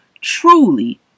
truly